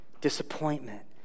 disappointment